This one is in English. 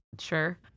sure